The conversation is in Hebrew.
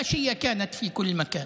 הפשיזם היה בכל מקום.